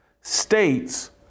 States